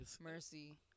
mercy